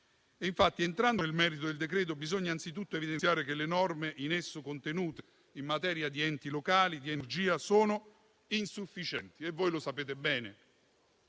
Infatti, entrando nel merito del decreto, bisogna anzitutto evidenziare che le norme in esso contenute in materia di enti locali e di energia sono insufficienti (e voi lo sapete bene).